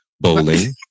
Bowling